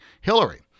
Hillary